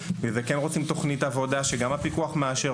בגלל זה אנחנו דורשים את החשבוניות; רוצים תכנית עבודה שגם הפיקוח מאשר